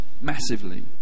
massively